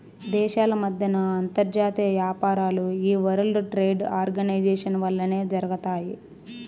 దేశాల మద్దెన అంతర్జాతీయ యాపారాలు ఈ వరల్డ్ ట్రేడ్ ఆర్గనైజేషన్ వల్లనే జరగతాయి